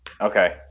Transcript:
Okay